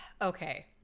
Okay